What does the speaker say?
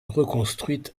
reconstruite